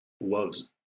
loves